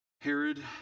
Herod